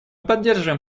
поддерживаем